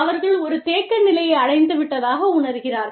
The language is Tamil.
அவர்கள் ஒரு தேக்க நிலையை அடைந்துவிட்டதாக உணர்கிறார்கள்